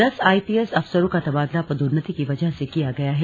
दस आईपीएस अफसरों का तबादला पदोन्नति की वजह से किया गया है